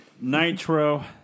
Nitro